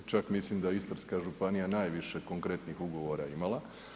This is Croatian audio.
Čak mislim da Istarska županija, najviše konkretnih ugovora imala.